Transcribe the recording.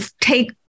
take